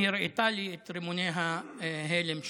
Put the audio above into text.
היא הראתה לי את רימוני ההלם שם.